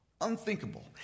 Unthinkable